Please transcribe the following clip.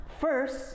first